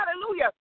hallelujah